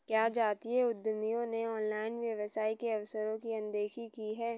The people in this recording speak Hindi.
क्या जातीय उद्यमियों ने ऑनलाइन व्यवसाय के अवसरों की अनदेखी की है?